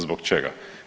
Zbog čega?